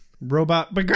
robot